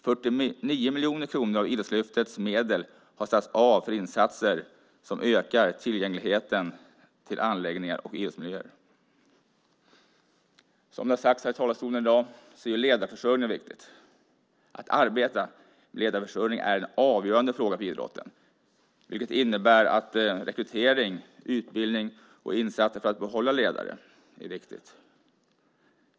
49 miljoner kronor av Idrottslyftets medel har satts av för insatser som ökar tillgängligheten till anläggningar och idrottsmiljöer. Precis som det har sagts i talarstolen i dag är ledarförsörjning viktig. Att arbeta med ledarförsörjning är en avgörande fråga för idrotten. Det innebär att rekrytering, utbildning och insatser för att behålla ledare är viktiga.